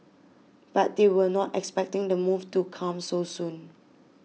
but they were not expecting the move to come so soon